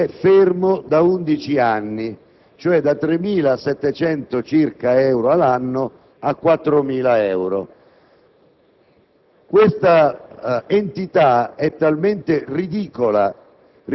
A questo punto anche le parole del presidente Morando assumono un'altra valenza e non sembrano essere così suggestive di un comportamento virtuoso come invece apparirebbero. Dichiaro il